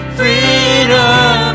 freedom